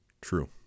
True